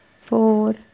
four